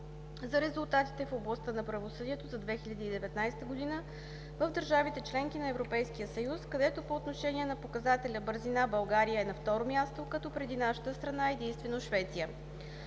за резултатите в областта на правосъдието за 2019 г. в държавите – членки на Европейския съюз, където по отношение на показателя бързина България е на второ място, като преди нашата страна е единствено Швеция.